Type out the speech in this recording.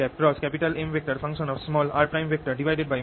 r r